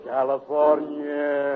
California